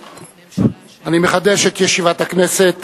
אני מחדש את ישיבת הכנסת